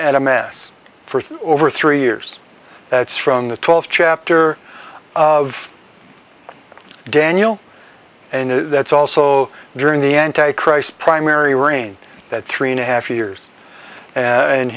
and a mess for over three years that's from the twelve chapter of daniel and that's also during the anti christ primary reign that three and a half years and